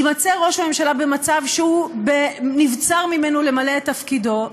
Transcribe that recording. יימצא ראש הממשלה במצב שנבצר ממנו למלא את תפקידו,